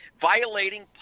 violating